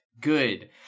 good